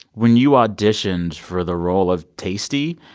when you auditioned for the role of taystee,